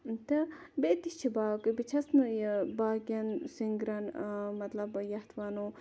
تہٕ بیٚیہِ تہِ چھِ باقٕے بہٕ چھَس نہٕ یہِ باقیَن سِنٛگرَن مَطلَب یَتھ وَنو